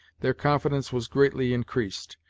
their confidence was greatly increased,